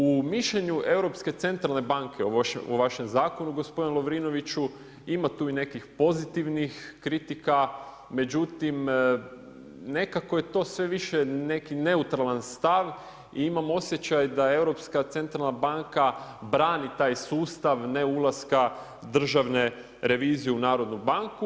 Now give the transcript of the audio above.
U mišljenju Europske centralne banke u vašem zakonu gospodin Lovrinoviću, ima tu i nekih pozitivnih kritika, međutim nekako je to sve više neki neutralna stav i imam osjećaj da Europska centralna banka brani taj sustav ne ulaska državne revizije u narodnu banku.